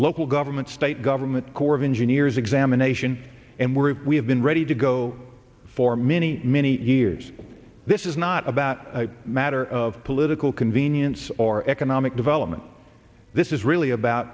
local government state government corps of engineers examination and we're we have been ready to go for many many years this is not about a matter of political convenience or economic development this is really about